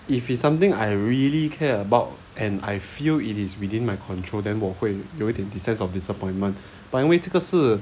if it's something I really care about and I feel it is within my control then 我会有一点 the sense of disappointment but 因为这个是